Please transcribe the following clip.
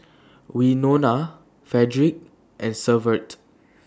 Winona Fredrick and Severt